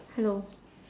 hello